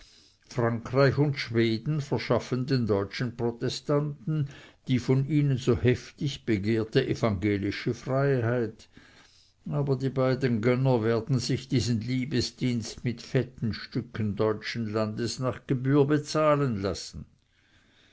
frankreich und schweden verschaffen den deutschen protestanten die von ihnen so heftig begehrte evangelische freiheit aber die beiden gönner werden sich diesen liebesdienst mit fetten stücken deutschen landes nach gebühr bezahlen lassen